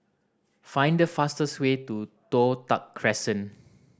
find the fastest way to Toh Tuck Crescent